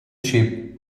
cheap